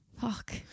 fuck